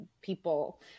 people